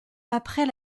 après